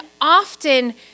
often